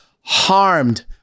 harmed